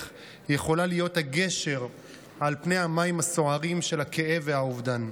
יכולה להיות הגשר על פני המים הסוערים של הכאב והאובדן.